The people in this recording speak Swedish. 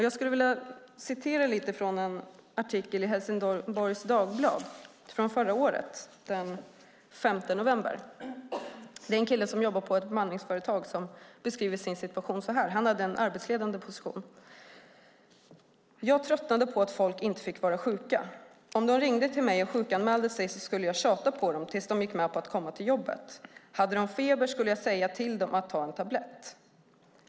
Jag skulle vilja citera en artikel ur Helsingborgs Dagblad från förra året, den 5 november. Det är en kille som jobbar på ett bemanningsföretag och beskriver sin situation. Han hade en arbetsledande position. "- Jag tröttnade på att folk inte fick vara sjuka. Om de ringde till mig och sjukanmälde sig så skulle jag tjata på dem tills de gick med på att komma till jobbet. Hade de feber skulle jag säga till dem att ta en tablett.